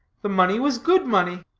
the money was good money.